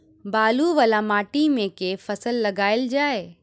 बालू वला माटि मे केँ फसल लगाएल जाए?